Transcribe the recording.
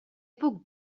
puc